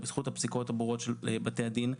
בזכות הפסיקות הברורות של בתי הדין,